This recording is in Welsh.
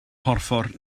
porffor